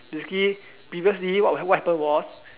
basically previously what happened was